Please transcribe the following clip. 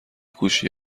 کوشی